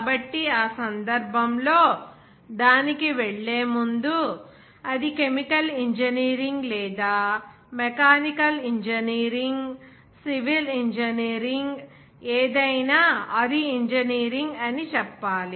కాబట్టి ఆ సందర్భంలో దానికి వెళ్ళే ముందు అది కెమికల్ ఇంజనీరింగ్ లేదా మెకానికల్ ఇంజనీరింగ్ సివిల్ ఇంజనీరింగ్ ఏదయినా అది ఇంజనీరింగ్ అని చెప్పాలి